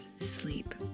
sleep